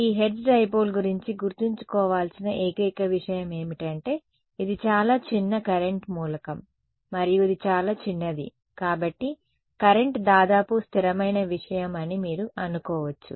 ఈ Hertz dipole గురించి గుర్తుంచుకోవాల్సిన ఏకైక విషయం ఏమిటంటే ఇది చాలా చిన్న కరెంట్ మూలకం మరియు ఇది చాలా చిన్నది కాబట్టి కరెంట్ దాదాపు స్థిరమైన విషయం అని మీరు అనుకోవచ్చు